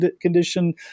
condition